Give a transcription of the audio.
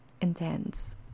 intense